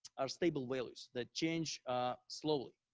are stable layers that change slowly.